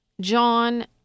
John